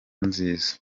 nziza